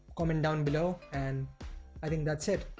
um and down below, and i think that's it.